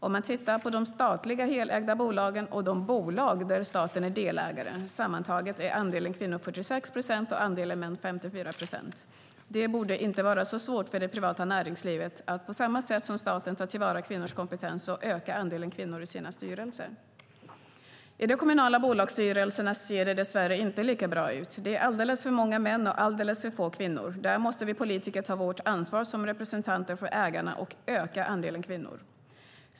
Om man tittar på de statligt helägda bolagen och de bolag där staten är delägare sammantaget kan man se att andelen kvinnor är 46 procent och andelen män 54 procent. Det borde inte vara så svårt för det privata näringslivet att på samma sätt som staten ta till vara kvinnors kompetens och öka andelen kvinnor i sina styrelser. I de kommunala bolagsstyrelserna ser det dess värre inte lika bra ut. Det är alldeles för många män och alldeles för få kvinnor. Där måste vi politiker ta vårt ansvar som representanter för ägarna och öka andelen kvinnor.